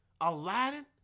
aladdin